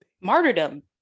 martyrdom